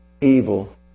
evil